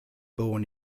born